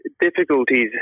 difficulties